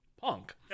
punk